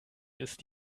ist